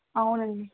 అవునండి